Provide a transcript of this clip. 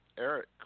Eric